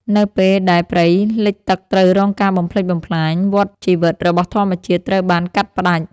នៅពេលដែលព្រៃលិចទឹកត្រូវរងការបំផ្លិចបំផ្លាញ វដ្តជីវិតរបស់ធម្មជាតិត្រូវបានកាត់ផ្ដាច់។